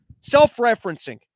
self-referencing